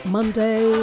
Monday